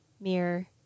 Mirror